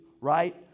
right